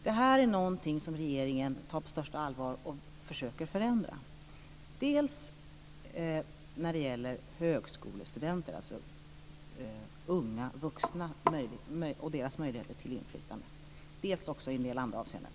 Det här är någonting som regeringen tar på största allvar och försöker förändra, dels när det gäller möjligheter till inflytande för högskolestudenter, alltså unga vuxna, dels i en del andra avseenden.